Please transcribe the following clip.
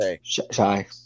Shy